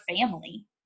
family